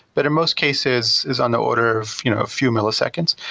but in most cases, is in the order of you know a few milliseconds.